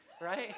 right